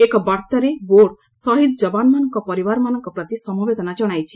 ଏକ ବାର୍ତ୍ତାରେ ବୋର୍ଡ ସହିଦ ଜବାନମାନଙ୍କ ପରିବାରମାନଙ୍କ ପ୍ରତି ସମବେଦନା ଜଣାଇଛି